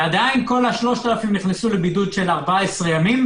ועדיין כל ה-3,000 נכנסו לבידוד של 14 ימים,